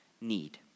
need